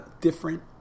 Different